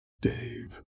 Dave